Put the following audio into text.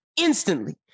instantly